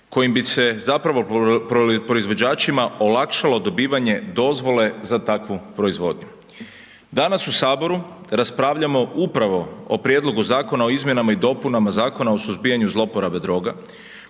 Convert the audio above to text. kojim bi se, zapravo, proizvođačima olakšalo dobivanje dozvole za takvu proizvodnju. Danas u HS raspravljamo upravo o prijedlogu zakona o izmjenama i dopunama Zakona o suzbijanju zlouporabe droga